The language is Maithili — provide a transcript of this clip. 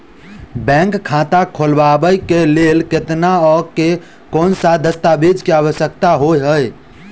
बैंक खाता खोलबाबै केँ लेल केतना आ केँ कुन सा दस्तावेज केँ आवश्यकता होइ है?